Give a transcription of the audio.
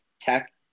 tech